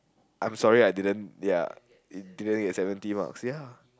I'm sorry I didn't ya didn't get seventy marks ya